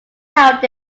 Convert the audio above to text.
held